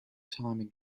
time